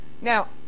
Now